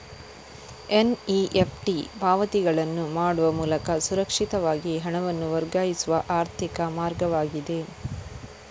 NEFT ಪಾವತಿಗಳನ್ನು ಮಾಡುವ ಮೂಲಕ ಸುರಕ್ಷಿತವಾಗಿ ಹಣವನ್ನು ವರ್ಗಾಯಿಸುವ ಆರ್ಥಿಕ ಮಾರ್ಗವಾಗಿದೆ